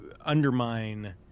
undermine